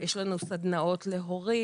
יש לנו סדנאות להורים.